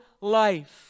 life